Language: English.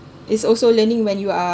it's also learning when you are